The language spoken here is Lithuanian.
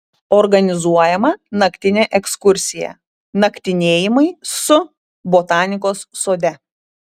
organizuojama naktinė ekskursija naktinėjimai su botanikos sode